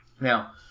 Now